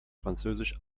französisch